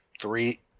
three